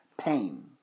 pain